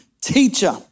teacher